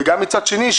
מצד שני,